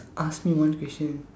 ask me one question